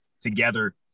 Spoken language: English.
together